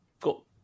cool